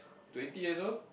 twenty years old